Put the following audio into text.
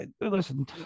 Listen